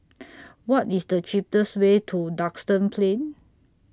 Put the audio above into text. What IS The cheapest Way to Duxton Plain